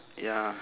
ya